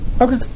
Okay